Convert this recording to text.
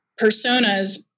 personas